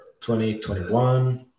2021